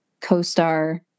co-star